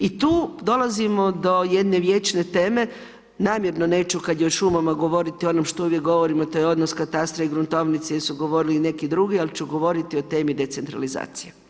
I tu dolazimo do jedne vječne teme, namjerno neću kad je o šumama govoriti o onom što uvijek govorim, a to je odnos katastra i gruntovnice jer su govorili i neki drugi, ali ću govoriti o temi decentralizacije.